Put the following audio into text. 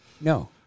No